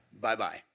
Bye-bye